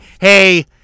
Hey